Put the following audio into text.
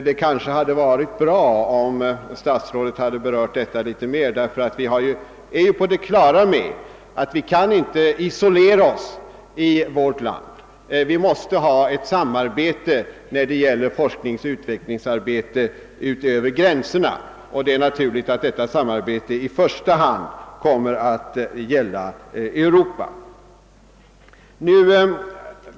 Det kanske hade varit bättre om statsrådet hade berört detta litet mer. Vi är ju på det klara med att vi inte kan isolera oss i vårt land. Vi måste när det gäller forskningsoch utvecklingsarbete ha ett samarbete utöver gränserna, och det är naturligt att deita samarbete i första hand kommer att gälla Europa.